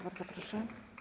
Bardzo proszę.